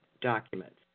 documents